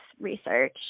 research